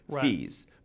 fees